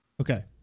Okay